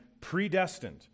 predestined